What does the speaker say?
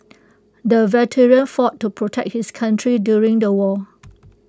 the veteran fought to protect his country during the war